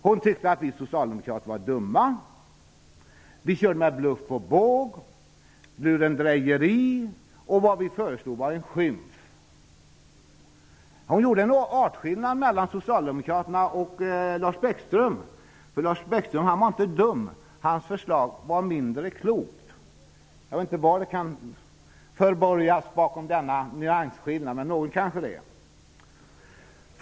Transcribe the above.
Hon tyckte att vi socialdemokrater var dumma, att vi körde med bluff och båg och också med lurendrejeri samt att det vi föreslagit var en skymf. Hon gjorde nog en artskillnad mellan Bäckström var nämligen inte dum. Hans förslag var bara mindre klokt. Jag vet inte vad som ligger förborgat bakom denna nyansskillnad. Något finns väl där bakom.